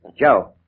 Joe